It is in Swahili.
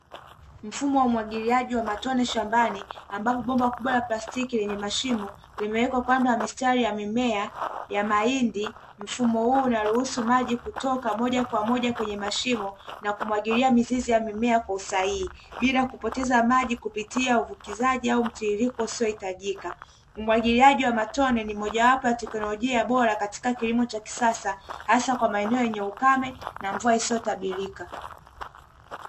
Mfumo wa umwagiliaji wa matone shambani, ambapo bomba kubwa la prastiki lenye mashimo, limeweka kwando ya mistali ya mimea ya mahindi mfumo huu unaruhusu maji kutoka moja kwa moja kwenye mashimo na kumwagilia mizizi ya mimea kwa usahihi, bila kupoteza maji kupitia uvukizaji au mtiririko usioitajika, umwagiliaji wa matone ni mojawapo ya teknolojia bora katika kilimo cha kisasa hasa kwa maeneo yenye ukame na mvua isiyotabilika.